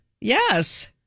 Yes